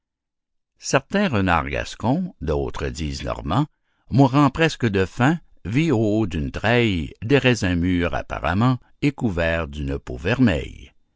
certain renard gascon d'autres disent normand mourant presque de faim vit au haut d'une treille des raisins mûrs apparemment et couverts d'une peau vermeille